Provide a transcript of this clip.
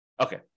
Okay